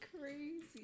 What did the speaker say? crazy